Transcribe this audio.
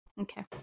Okay